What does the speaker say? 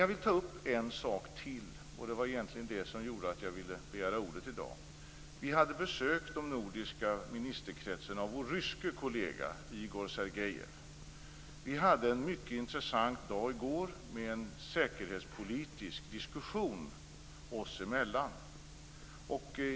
Jag vill ta upp en sak till, och det var egentligen det som gjorde att jag ville begära ordet i dag. Vi i den nordiska ministerkretsen hade besök av vår ryske kollega Igor Sergejev. Vi hade en mycket intressant dag i går med en säkerhetspolitisk diskussion oss emellan.